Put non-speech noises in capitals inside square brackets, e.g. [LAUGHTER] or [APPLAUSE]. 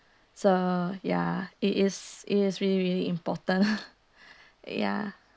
so ya it is is really really important [LAUGHS] ya